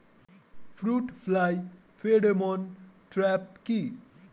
Fruit fly pheromone trap কি?